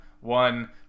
One